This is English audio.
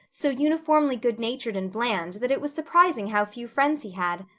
so uniformly goodnatured and bland that it was surprising how few friends he had.